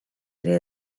ere